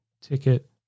ticket